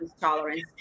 tolerance